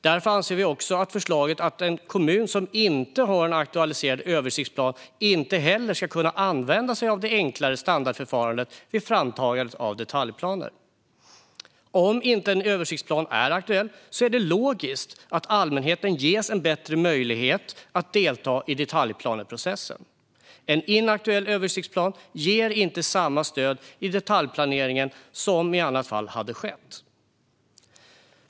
Därför anser vi också att en kommun som inte har en aktualiserad översiktsplan heller inte ska kunna använda sig av det enklare standardförfarandet vid framtagandet av detaljplaner. Om en översiktsplan inte är aktuell är det logiskt att allmänheten ges en bättre möjlighet att delta i detaljplaneprocessen. En inaktuell översiktsplan ger inte samma stöd i detaljplaneringen som i annat fall hade funnits.